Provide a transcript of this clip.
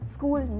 School